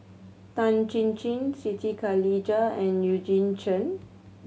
Tan Chin Chin Siti Khalijah and Eugene Chen